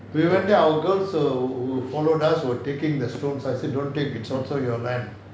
we went there our girls who who followed us were taking the stones I said don't take it's also your land